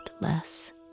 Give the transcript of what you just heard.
less